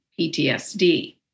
PTSD